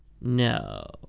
no